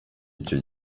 icyo